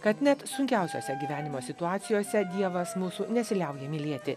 kad net sunkiausiose gyvenimo situacijose dievas mūsų nesiliauja mylėti